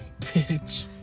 bitch